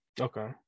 okay